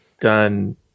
done